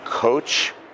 coach